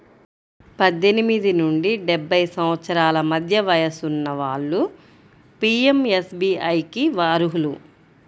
పద్దెనిమిది నుండి డెబ్బై సంవత్సరాల మధ్య వయసున్న వాళ్ళు పీయంఎస్బీఐకి అర్హులు